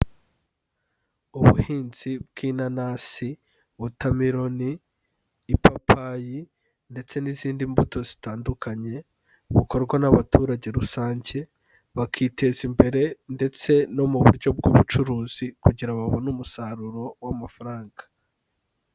Ubuhinzi bw'inanasi, watermelon, ipapayi ndetse n'izindi mbuto zitandukanye, bukorwa n'abaturage rusange, bakiteza imbere ndetse no mu buryo bw'ubucuruzi kugira ngo babone umusaruro w'amafaranga.